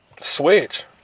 Switch